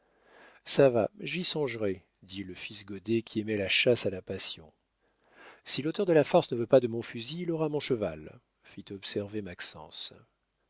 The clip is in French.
ça va j'y songerai dit le fils goddet qui aimait la chasse à la passion si l'auteur de la farce ne veut pas de mon fusil il aura mon cheval fit observer